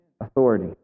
authority